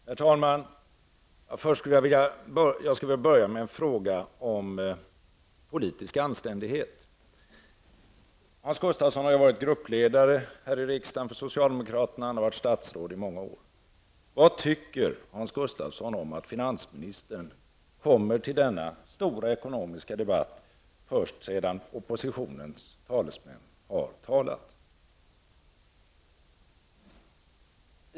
Herr talman! Jag skulle vilja börja med en fråga om politisk anständighet. Hans Gustafsson har ju varit gruppledare för socialdemokraterna här i riksdagen och han har varit statsråd i många år. Vad tycker Hans Gustafsson om att finansministern kommer till denna stora ekonomiska debatt först sedan oppositionens talesmän har talat?